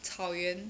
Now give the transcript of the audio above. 草原